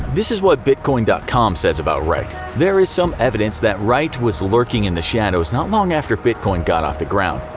this is what bitcoin dot com says about wright, there is some evidence that wright was lurking in the shadows not long after bitcoin got off the ground,